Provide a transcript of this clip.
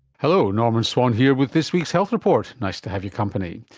hello, norman swan here with this week's health report, nice to have your company.